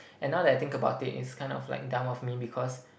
and now that I think about it it's kind of like dumb of me because